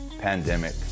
pandemic